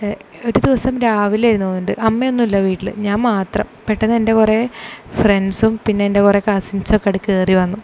ഒരു ദിവസം രാവിലെ ആയിരുന്നു തോന്നുന്നുണ്ട് അമ്മയൊന്നുമില്ല വീട്ടിൽ ഞാൻ മാത്രം പെട്ടെന്ന് എൻ്റെ കുറെ ഫ്രെൻഡ്സും പിന്നെ എൻ്റെ കുറെ കസിൻസും അങ്ങോട്ടു കയറി വന്നു